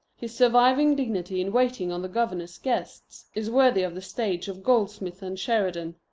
his surviving dignity in waiting on the governor's guests is worthy of the stage of goldsmith and sheridan.